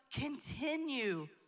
continue